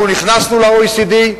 אנחנו נכנסנו ל-OECD,